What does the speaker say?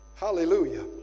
Hallelujah